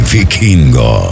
Vikingo